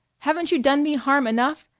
haven't you done me harm enough?